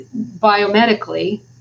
biomedically